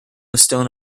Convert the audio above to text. stone